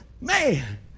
Man